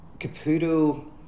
Caputo